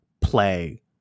play